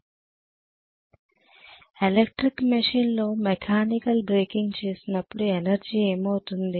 విద్యార్థి ఎలక్ట్రికల్ మెషీన్లలో mechanical braking చేసినప్పుడు ఎనర్జీ ఏమవుతుంది